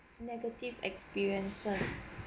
negative experiences